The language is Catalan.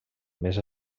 més